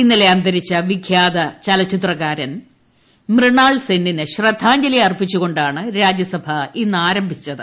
ഇന്നലെ അന്തരിച്ച വിഖ്യാത ചലച്ചിത്രകാരൻ മൃണാൾ സെന്നിന് ശ്രദ്ധാജ്ഞലി അർപ്പിച്ചുകൊണ്ടാണ് രാജ്യസ്ഭ ്ഇന്ന് ആരംഭിച്ചത്